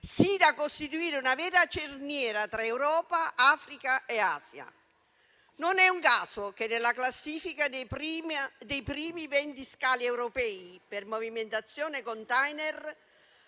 sì da costituire una vera cerniera tra Europa, Africa e Asia. Non è un caso che nella classifica dei primi 20 scali europei per movimentazione *container*